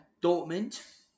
Dortmund